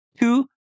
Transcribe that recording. Two